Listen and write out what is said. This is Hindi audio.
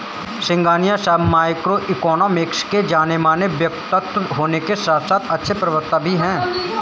सिंघानिया साहब माइक्रो इकोनॉमिक्स के जानेमाने व्यक्तित्व होने के साथ अच्छे प्रवक्ता भी है